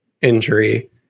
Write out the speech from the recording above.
injury